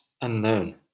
unknown